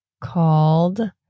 called